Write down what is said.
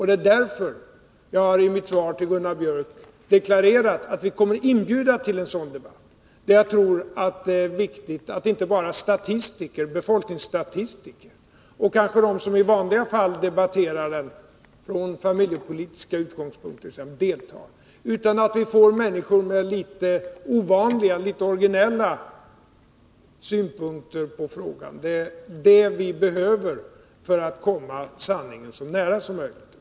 Det är därför som jag i mitt svar till Gunnar Biörck i Värmdö deklarerat att vi kommer att inbjuda till en sådan debatt, där jag tror det är viktigt att inte bara befolkningsstatistiker och de som i vanliga fall debatterar frågan från familjepolitiska utgångspunkter deltar, utan att vi får med människor med litet ovanliga, litet originella synpunkter på frågan. Det är det vi behöver för att komma sanningen så nära som möjligt.